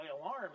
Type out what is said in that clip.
alarm